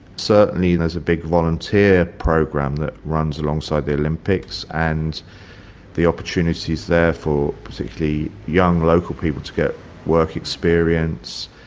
certainly there's a big volunteer program that runs alongside the olympics and the opportunity's there for particularly young local people to get work experience.